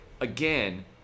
Again